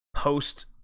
post